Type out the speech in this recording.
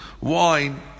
wine